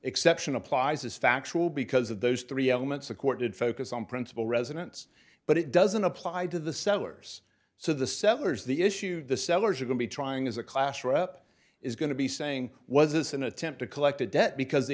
exception applies is factual because of those three elements the court did focus on principal residence but it doesn't apply to the sellers so the sellers the issue the sellers are going to be trying as a class rep is going to be saying was this an attempt to collect a debt because the